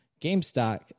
GameStop